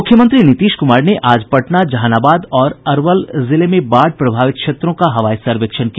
मुख्यमंत्री नीतीश कुमार ने आज पटना जहानाबाद और अरवल जिले में बाढ़ प्रभावित क्षेत्रों का हवाई सर्वेक्षण किया